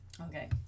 Okay